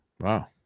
wow